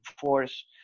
force